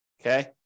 Okay